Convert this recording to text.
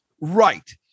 right